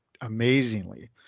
amazingly